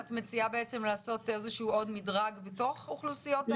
את מציעה בעצם לעשות עוד מדרג בתוך האוכלוסיות?